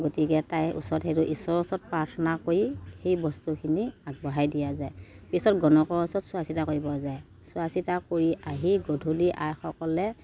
গতিকে তাই ওচৰত সেইটো ইশ্বৰৰ ওচৰত প্ৰাৰ্থনা কৰি সেই বস্তুখিনি আগবঢ়াই দিয়া যায় পিছত গণকৰ ওচৰত চোৱা চিতা কৰিব যায় চোৱা চিতা কৰি আহি গধূলি আইসকলে